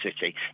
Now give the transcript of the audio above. City